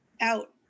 out